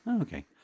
okay